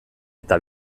eta